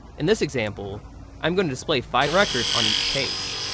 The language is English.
in this example i'm going to display five records on each page.